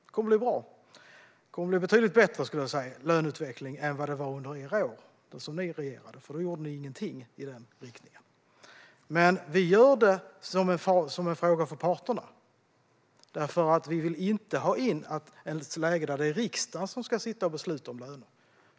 Det kommer att bli en bra löneutveckling, betydligt bättre än vad den var under Alliansens regeringsår, för då gjorde man ingenting i den riktningen. Vi gör detta till en fråga för parterna. Vi vill inte ha ett läge där det är riksdagen som ska sitta och besluta om lönerna.